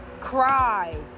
cries